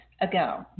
ago